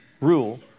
rule